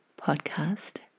Podcast